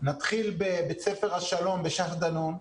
נתחיל בבית ספר השלום בשייח דנון,